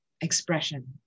expression